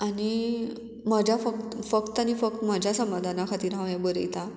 आनी म्हज्या फक्त फक्त आनी फक्त म्हज्या समाधाना खातीर हांव हें बरयता